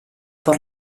por